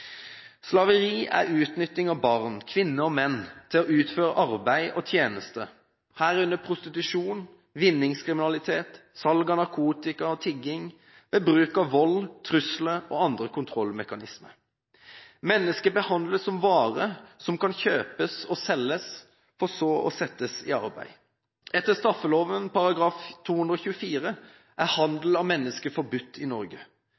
Slaveri er utnytting av barn, kvinner og menn til å utføre arbeid og tjenester – herunder prostitusjon, vinningskriminalitet, salg av narkotika og tigging – ved bruk av vold, trusler og andre kontrollmekanismer. Mennesker behandles som varer som kan kjøpes og selges, for så å settes i arbeid. Etter straffeloven § 224 er handel av mennesker forbudt i Norge.